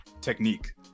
technique